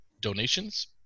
donations